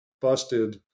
busted